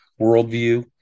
worldview